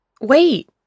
Wait